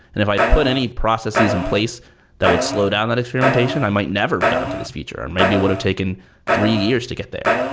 and if i put any processes in place that would slow down that experimentation, i might never have gone to this feature. and maybe it would've taken three years to get there.